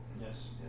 Yes